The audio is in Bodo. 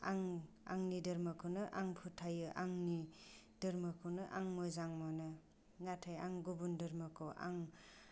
आं आंनि धोर्मोखौनो आं फोथायो आंनि धोर्मोखौनो आं मोजां मोनो नाथाय आं गुबुन धोर्मोखौ आं